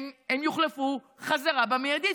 הם יוחלפו חזרה במיידי,